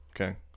Okay